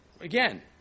Again